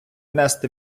нести